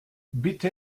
bitte